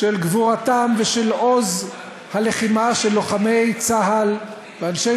של הגבורה ושל עוז הלחימה של לוחמי צה"ל ואנשי